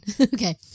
Okay